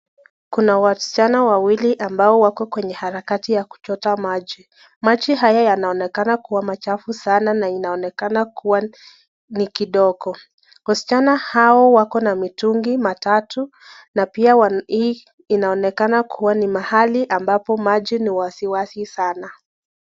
Kuna wasichana wawili ambao wako kwenye harakati za kuchota maji, Maji haya yanaonekana kuwa machafu sana na inaonekana kuwa ni kidogo. Wasichana Hawa wako na mitungi matatu na pia hii inaonekana kuwa ni mahali ambapo maji ni wasiwasi sanaa.